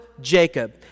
Jacob